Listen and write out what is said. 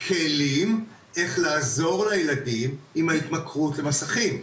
כלים איך לעזור לילדים עם ההתמכרות למסכים,